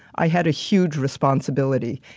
i had a huge responsibility.